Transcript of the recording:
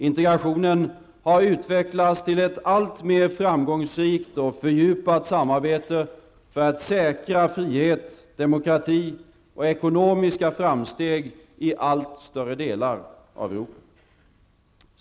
Integrationen har utvecklats till ett allt mer framgångsrikt och fördjupat samarbete för att säkra frihet, demokrati och ekonomiska framsteg i allt större delar av Europa.